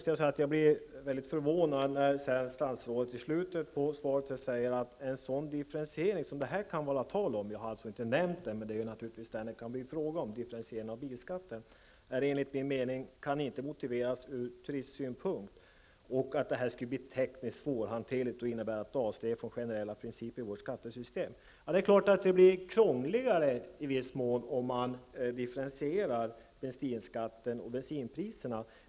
Jag blir vidare förvånad när statsrådet i slutet av svaret säger att en sådan differentiering som det här kan vara tal om -- jag har inte nämnt den, men det kan naturligtvis bli fråga om en differentiering av bilskatten -- inte kan motiveras ur turismsynpunkt. Det skulle bli tekniskt svårhanterligt och innebära ett avsteg från generella principer i vårt skattesystem. Det är klart att det i viss mån blir krångligare med en diffrentiering av bensinskatten och bensinpriserna.